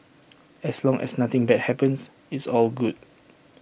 as long as nothing bad happens it's all good